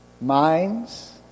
Minds